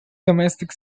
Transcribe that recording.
domestic